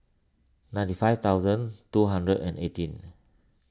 ninety five thousand two hundred and eighteen